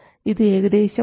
ഇത് ഏകദേശം 100